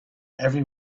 every